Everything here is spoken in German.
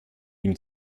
ihm